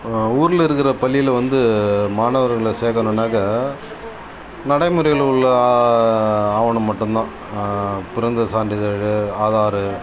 ஊரில் இருக்கிற பள்ளியில் வந்து மாணவர்களை சேர்க்கணுன்னாக்கா நடைமுறையில் உள்ள ஆவணம் மட்டும் தான் பிறந்த சான்றிதழ் ஆதார்